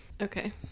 okay